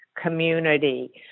Community